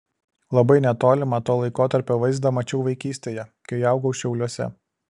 labai netolimą to laikotarpio vaizdą mačiau vaikystėje kai augau šiauliuose